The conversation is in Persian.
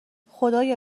خدایا